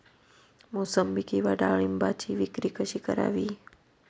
मोसंबी किंवा डाळिंबाची विक्री कशी करावी?